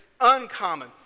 Uncommon